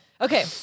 Okay